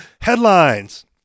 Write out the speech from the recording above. Headlines